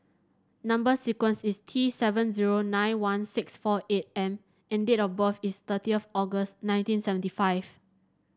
number sequence is T seven zero nine one six four eight M and date of birth is thirtieth August nineteen seventy five